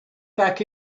back